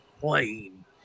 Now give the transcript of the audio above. plane